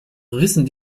rissen